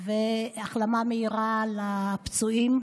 והחלמה מהירה לפצועים.